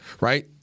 right